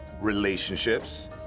relationships